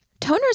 toners